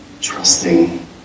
trusting